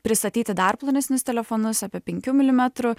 pristatyti dar plonesnius telefonus apie penkių milimetrų